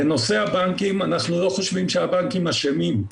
לנושא הבנקים, אנחנו לא חושבים שהבנקים אשמים.